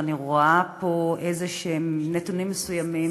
אני רואה פה איזשהם נתונים מסוימים,